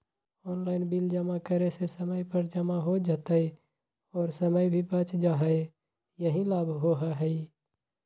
Online bill जमा करे से समय पर जमा हो जतई और समय भी बच जाहई यही लाभ होहई?